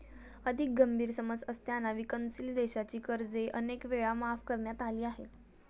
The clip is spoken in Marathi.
अधिक गंभीर समस्या असताना विकसनशील देशांची कर्जे अनेक वेळा माफ करण्यात आली आहेत